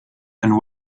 and